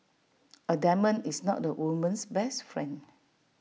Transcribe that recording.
A diamond is not A woman's best friend